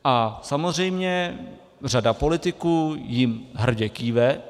A samozřejmě řada politiků jim hrdě kýve.